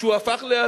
שהוא הפך להזוי.